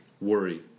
Worry